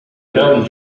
brown